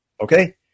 Okay